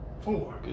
Four